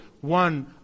one